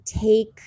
take